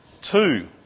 Two